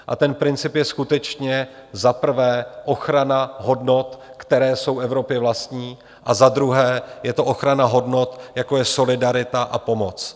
A ten princip je skutečně za prvé ochrana hodnot, které jsou Evropě vlastní, a za druhé je to ochrana hodnot, jako je solidarita a pomoc.